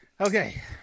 Okay